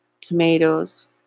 tomatoes